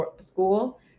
school